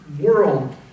world